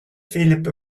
philip